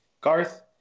Garth